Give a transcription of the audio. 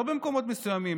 לא במקומות מסוימים.